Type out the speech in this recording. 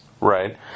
Right